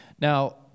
Now